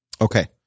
Okay